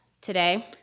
today